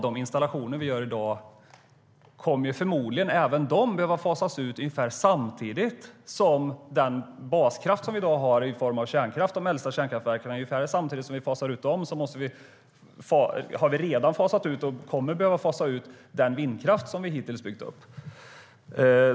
De installationer som vi gör i dag kommer förmodligen att behöva fasas ut ungefär samtidigt med dagens baskraft i form av kärnkraft från de äldsta kärnkraftverken. I samband med att dessa fasas ut behöver man fasa ut den vindkraft som vi hittills har byggt upp.